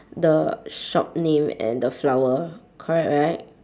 the shop name and the flower correct right